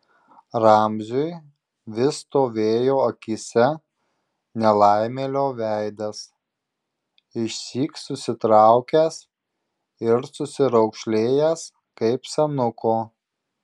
ramziui vis stovėjo akyse nelaimėlio veidas išsyk susitraukęs ir susiraukšlėjęs kaip senuko